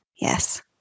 Yes